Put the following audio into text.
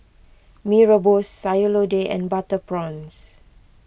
Mee Rebus Sayur Lodeh and Butter Prawns